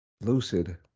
Lucid